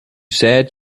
said